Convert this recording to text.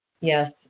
Yes